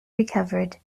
recovered